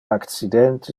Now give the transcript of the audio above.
accidente